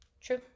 True